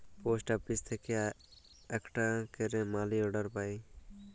post office থেক্যে আকটা ক্যারে মালি অর্ডার পায়